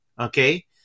okay